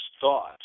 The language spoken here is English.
thoughts